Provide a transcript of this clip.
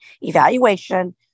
evaluation